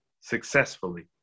successfully